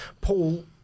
Paul